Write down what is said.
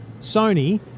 Sony